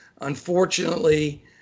unfortunately